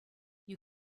you